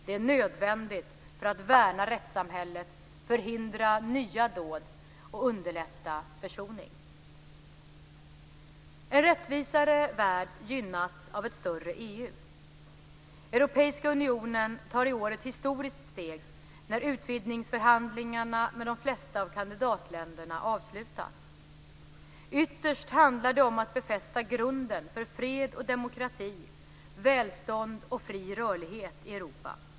Det är nödvändigt för att värna rättssamhället, förhindra nya dåd och underlätta försoning. En rättvisare värld gynnas av ett större EU. Europeiska unionen tar i år ett historiskt steg, när utvidgningsförhandlingarna med de flesta av kandidatländerna avslutas. Ytterst handlar det om att befästa grunden för fred och demokrati, välstånd och fri rörlighet i Europa.